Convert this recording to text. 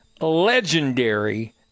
legendary